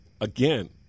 again